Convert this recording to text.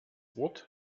wort